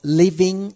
living